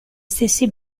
stessi